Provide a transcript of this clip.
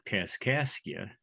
Kaskaskia